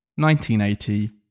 1980